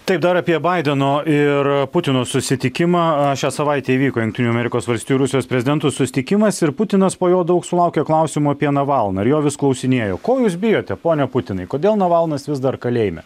taip dar apie baideno ir putino susitikimą šią savaitę įvyko jungtinių amerikos valstijų rusijos prezidentų susitikimas ir putinas po jo daug sulaukė klausimų apie navalną ir jo vis klausinėjo ko jūs bijote pone putinai kodėl navalnas vis dar kalėjime